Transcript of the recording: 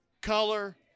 Color